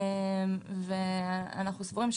אנו סבורים,